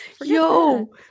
Yo